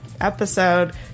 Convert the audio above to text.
episode